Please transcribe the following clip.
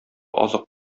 азык